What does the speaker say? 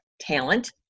Talent